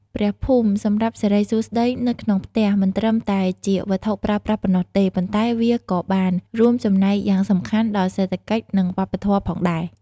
ព្រះភូមិសម្រាប់សិរីសួស្តីនៅក្នុងផ្ទះ មិនត្រឹមតែជាវត្ថុប្រើប្រាស់ប៉ុណ្ណោះទេ ប៉ុន្តែវាក៏បានរួមចំណែកយ៉ាងសំខាន់ដល់សេដ្ឋកិច្ច និងវប្បធម៌ផងដែរ។